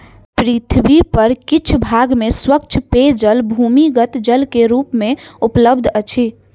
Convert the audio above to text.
पृथ्वी पर किछ भाग में स्वच्छ पेयजल भूमिगत जल के रूप मे उपलब्ध अछि